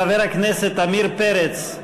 חבר הכנסת עמיר פרץ.